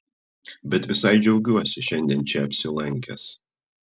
bet visai džiaugiuosi šiandien čia apsilankęs